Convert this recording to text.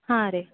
ಹಾಂ ರೀ